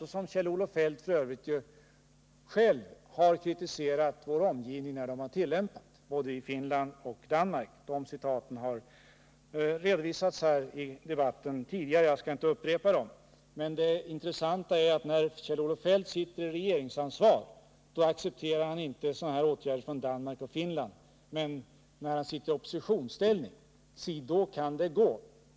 F. ö. har Kjell-Olof Feldt själv kritiserat både Finlands och Danmarks åtgärder i det avseendet, men det har redovisats tidigare här i debatten. Jag skall inte upprepa det. Det intressanta är ju att när Kjell-Olof Feldt sitter i regeringsansvar accepterar han inte sådana åtgärder från Danmark och Finland, men när han sitter i oppositionsställning, si då kan det gå!